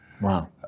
Wow